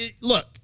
look